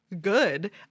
good